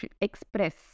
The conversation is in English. express